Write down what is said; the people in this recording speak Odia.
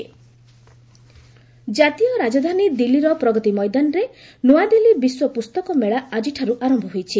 ୱାଲ୍ଡ ବୁକ୍ ଜାତୀୟ ରାଜଧାନୀ ଦିଲ୍ଲୀର ପ୍ରଗତି ମଇଦାନରେ ନ୍ତଆଦିଲ୍ଲୀ ବିଶ୍ୱ ପୁସ୍ତକ ମେଳା ଆଜିଠାରୁ ଆରମ୍ଭ ହୋଇଛି